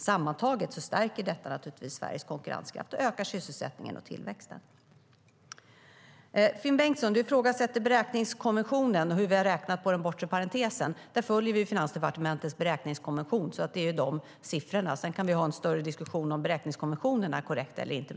Sammantaget stärker detta naturligtvis Sveriges konkurrenskraft och ökar sysselsättningen och tillväxten. Finn Bengtsson ifrågasätter beräkningskonventionen och hur vi har räknat på den bortre parentesen. Där följer vi Finansdepartementets beräkningskonvention. Det är dessa siffror som gäller; sedan kan vi ha en större diskussion om huruvida beräkningskonventionen är korrekt eller inte.